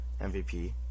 MVP